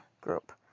group